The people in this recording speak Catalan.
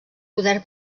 poder